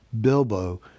Bilbo